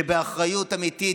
שבאחריות אמיתית,